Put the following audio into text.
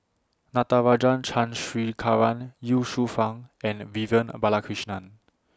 Natarajan Chandrasekaran Ye Shufang and Vivian Balakrishnan